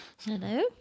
Hello